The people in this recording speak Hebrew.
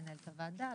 מנהלת הוועדה,